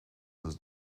his